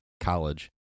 college